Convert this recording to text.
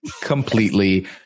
completely